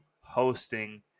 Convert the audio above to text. hosting